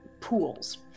pools